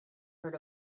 heard